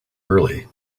early